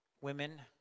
women